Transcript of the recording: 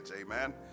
amen